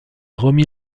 remis